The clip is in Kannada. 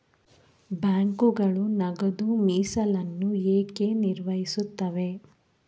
ಬ್ಯಾಂಕುಗಳು ನಗದು ಮೀಸಲನ್ನು ಏಕೆ ನಿರ್ವಹಿಸುತ್ತವೆ?